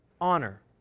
Honor